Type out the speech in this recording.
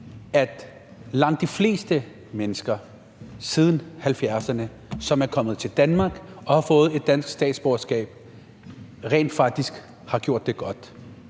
at langt de fleste mennesker, der er kommet til Danmark siden 1970'erne og har fået dansk statsborgerskab, rent faktisk har gjort det godt?